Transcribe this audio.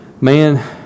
Man